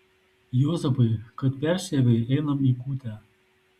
juozapai kad persiavei einam į kūtę